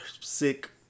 sick